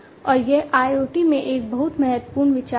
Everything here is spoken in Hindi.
और यह IoT में एक बहुत महत्वपूर्ण विचार है